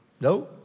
No